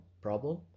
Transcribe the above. problem